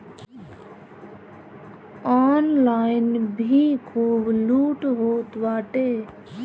online भी खूब लूट होत बाटे